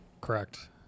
Correct